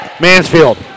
Mansfield